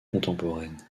contemporaines